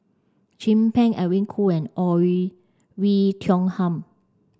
Chin Peng Edwin Koo and Oei Tiong Ham